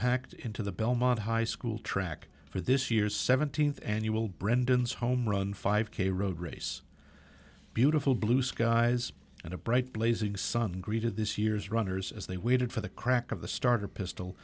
packed into the belmont high school track for this year's seventeenth annual brendan's home run five k road race beautiful blue skies and a bright blazing sun greeted this year's runners as they waited for the crack of the starter pistol